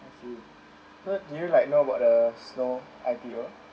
I see so do you like know about the snow I_P_O